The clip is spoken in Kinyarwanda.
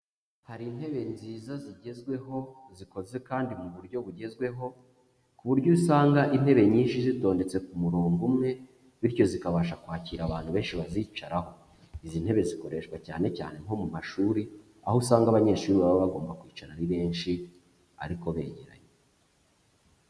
Hari intebe nziza zigezweho, zikoze kandi mu buryo bugezweho, ku buryo usanga intebe nyinshi zitondetse ku murongo umwe, bityo zikabasha kwakira abantu benshi bazicaraho. Izi ntebe zikoreshwa cyane cyane nko mu mashuri, aho usanga abanyeshuri baba bagomba kwicara ari benshi ariko begeranye.